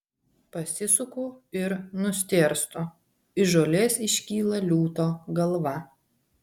pasisuku ir nustėrstu iš žolės iškyla liūto galva